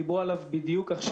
עניין הביטוח.